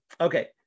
okay